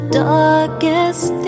darkest